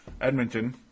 Edmonton